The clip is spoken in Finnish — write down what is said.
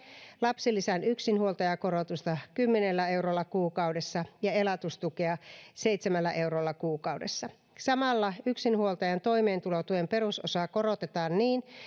lapsilisän yksinhuoltajakorotusta kymmenellä eurolla kuukaudessa ja elatustukea seitsemällä eurolla kuukaudessa samalla yksinhuoltajan toimeentulotuen perusosaa korotetaan niin